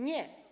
Nie.